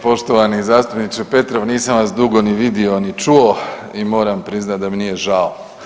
Poštovani zastupniče Petrov, nisam vas dugo ni vidio ni čuo i moram priznati da mi nije žao.